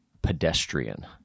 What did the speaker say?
pedestrian